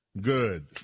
Good